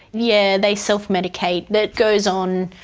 yeah, they self-medicate, that goes on.